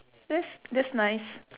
that's that's nice